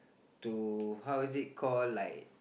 to how is it call like